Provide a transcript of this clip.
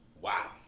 Wow